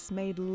made